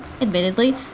admittedly